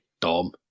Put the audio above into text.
Dom